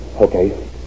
Okay